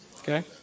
Okay